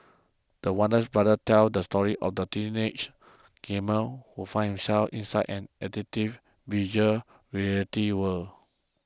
the Warner's brother tells the story of a teenage gamer who finds himself inside an addictive Virtual Reality world